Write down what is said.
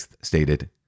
stated